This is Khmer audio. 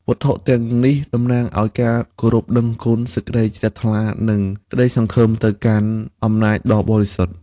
វត្ថុទាំងនេះតំណាងឱ្យការគោរពដឹងគុណ សេចក្តីជ្រះថ្លា និងក្តីសង្ឃឹមទៅកាន់អំណាចដ៏បរិសុទ្ធ។